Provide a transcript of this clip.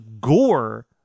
gore